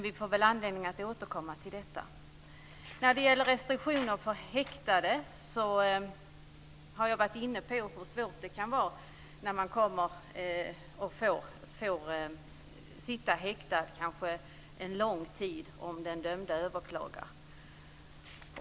Vi får väl anledning att återkomma till detta. När det gäller restriktioner för häktade har jag varit inne på hur svårt det kan vara för den som får sitta häktad kanske lång tid om den dömde överklagar.